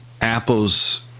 Apple's